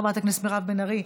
חברת הכנסת מירב בן ארי,